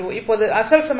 இப்போது அசல் சமன்பாடு